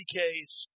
case